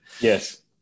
Yes